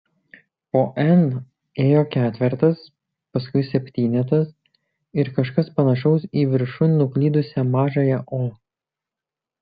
po n ėjo ketvertas paskui septynetas ir kažkas panašaus į viršun nuklydusią mažąją o